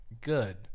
Good